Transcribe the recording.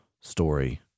story